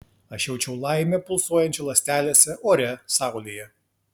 aš jaučiau laimę pulsuojančią ląstelėse ore saulėje